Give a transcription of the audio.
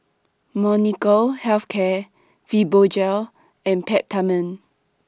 Molnylcke Health Care Fibogel and Peptamen